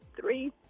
Three